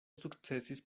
sukcesis